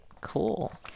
Cool